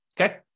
Okay